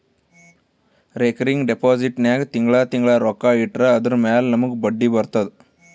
recurring deposit ನಾಗ್ ತಿಂಗಳಾ ತಿಂಗಳಾ ರೊಕ್ಕಾ ಇಟ್ಟರ್ ಅದುರ ಮ್ಯಾಲ ನಮೂಗ್ ಬಡ್ಡಿ ಬರ್ತುದ